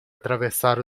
atravessar